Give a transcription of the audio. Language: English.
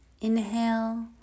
inhale